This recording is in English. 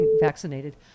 vaccinated